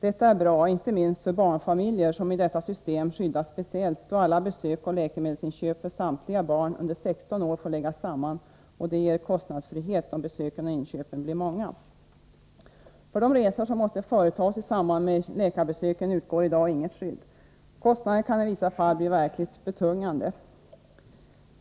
Detta är bra, inte minst för barnfamiljer, som genom detta system skyddas speciellt, då alla besök och läkemedelsinköp för samtliga barn under 16 år får läggas samman. Detta ger kostnadsfrihet om besöken och inköpen blir många. För de resor som måste företas i samband med läkarbesöken finns i dag inget skydd. Kostnaderna kan i vissa fall bli verkligt betungande.